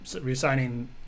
re-signing